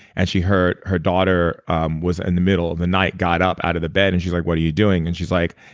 and she heard her daughter um in and the middle of the night got up out of the bed and she's like, what are you doing? and she's like,